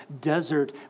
desert